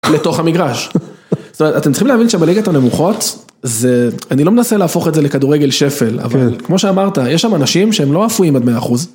לתוך המגרש. זאת אומרת, אתם צריכים להבין שבליגות הנמוכות, זה... אני לא מנסה להפוך את זה לכדורגל שפל, אבל כמו שאמרת, יש שם אנשים שהם לא אפויים עד מאה אחוז.